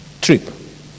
trip